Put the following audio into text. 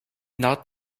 not